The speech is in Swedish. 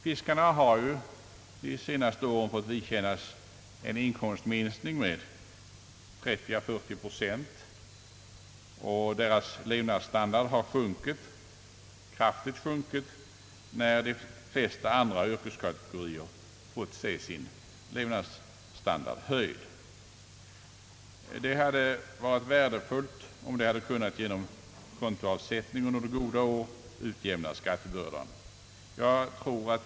De har ju under de senaste åren fått vidkännas en inkomsiminskning med 30 å 40 procent, och deras levnadsstandard har kraftigt sjunkit, när de flesta andra yrkeskategorier fått sin levnadsstandard höjd. Det hade varit värdefullt, om de hade kunnat genom kontoavsättning under goda år utjämna skattebördan.